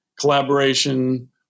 collaboration